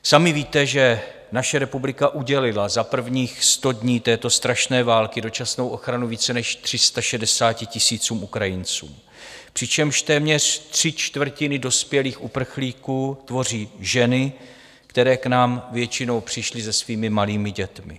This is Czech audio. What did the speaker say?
Sami víte, že naše republika udělila za prvních sto dní této strašné války dočasnou ochranu více než 360 tisícům Ukrajinců, přičemž téměř tři čtvrtiny dospělých uprchlíků tvoří ženy, které k nám většinou přišly se svými malými dětmi.